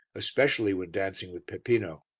especially when dancing with peppino.